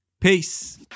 Peace